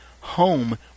home